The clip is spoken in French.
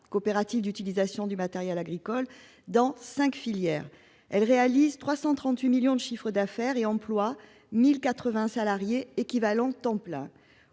coopératives d'utilisation de matériel agricole, dans cinq filières. Elles réalisent 338 millions d'euros de chiffre d'affaires et emploient 1 080 salariés en équivalent temps plein.